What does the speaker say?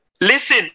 Listen